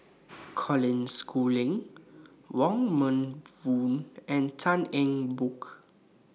Colin Schooling Wong Meng Voon and Tan Eng Bock